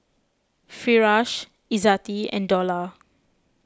Firash Izzati and Dollah